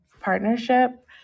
partnership